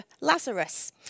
Lazarus